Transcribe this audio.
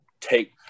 take